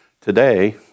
Today